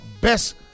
best